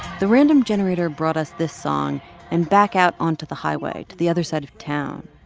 the random generator brought us this song and back out onto the highway to the other side of town.